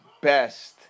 best